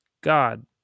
God